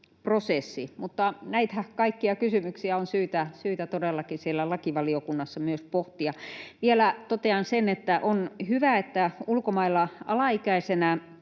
prosessi. Mutta näitä kaikkia kysymyksiä on todellakin syytä siellä lakivaliokunnassa myös pohtia. Vielä totean sen, että on hyvä, että ulkomailla alaikäisenä